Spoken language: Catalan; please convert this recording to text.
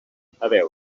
veure